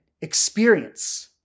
experience